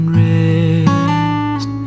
rest